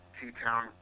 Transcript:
T-Town